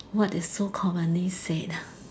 what is so commonly said